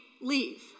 leave